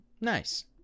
Nice